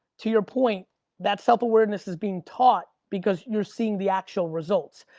to your point that self-awareness is being taught because you're seeing the actual results.